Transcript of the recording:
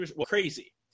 crazy